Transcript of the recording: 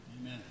Amen